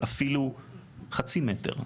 אפילו חצי מטר,